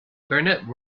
bernard